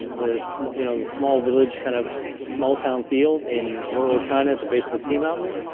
the small you know the small village, kind of small town feel in rural china at the base of a tea mountain.